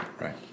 right